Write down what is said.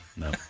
No